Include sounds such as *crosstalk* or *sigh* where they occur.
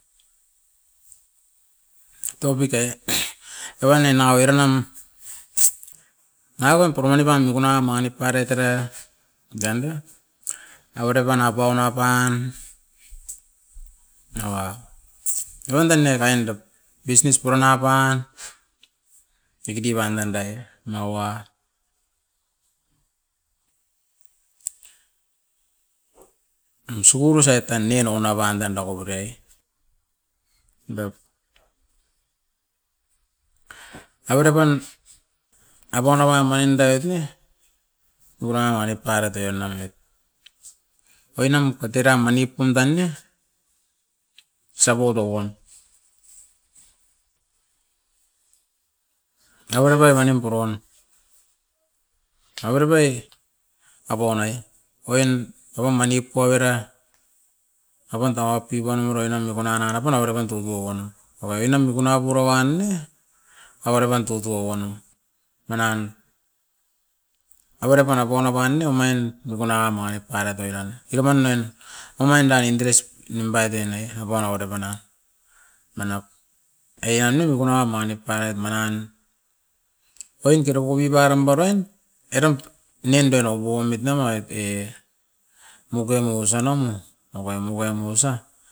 Tovit ai, eva nanao erenam naa wan paka mangi tan miku naa wan manit parait era. Danda averepan apaun apan, eva evan dan era'in dop business puran apan, diki diki eva nanda'i noua. Usugurasei tan nien nogo naban dan. *unintelligible* Avere pan apaun apan main dait ne, mau'an ne parait e nanga oinam patera manikum tan ia isau voto uam. Avere pan a nimpo ruam, avere pai apoa nai oin oro manip puagera apan tau aup pipan nimuroit na niguna na napuroin avere pan tupo uan. Omain nangako mikuna poro uan ne, avere pan tutou uan o. Manan averepaan apaun apan ni omain mikuna omain parait oiran, erapan nien omain daingin deresi nimpaiet e nai apuan avere pan a manap. Era ni mikuna wan manip parait mara'an oin terogo piparam parain eran ninda ro poimit na vait e, mokem osau namo avae mugemu osa.